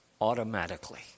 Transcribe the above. automatically